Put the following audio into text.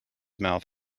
mouth